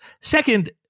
Second